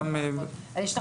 גם